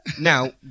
now